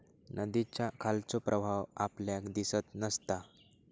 नदीच्या खालचो प्रवाह आपल्याक दिसत नसता